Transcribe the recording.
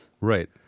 Right